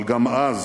אבל גם אז,